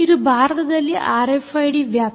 ಇದು ಭಾರತದಲ್ಲಿ ಆರ್ಎಫ್ಐಡಿ ವ್ಯಾಪ್ತಿ